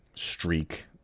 streak